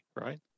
right